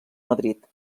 madrid